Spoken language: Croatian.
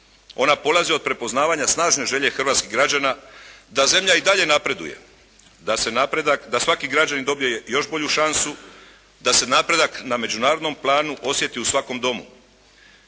Ona polazi od prepoznavanja snažne želje hrvatskih građana da zemlja i dalje napreduje, da svaki građanin dobije još bolju šansu, da se napredak na međunarodnom planu osjeti u svakom domu.